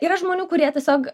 yra žmonių kurie tiesiog